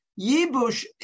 Yibush